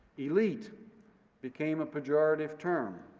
elite became a pejorative term.